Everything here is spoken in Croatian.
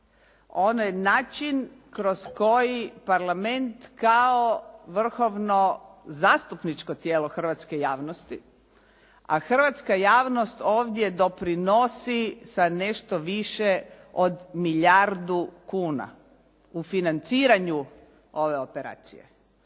Onaj način kroz koji Parlament kao vrhovno zastupničko tijelo hrvatske javnosti, a hrvatska javnost ovdje doprinosi sa nešto više od milijardu kuna u financiranju ove operacije.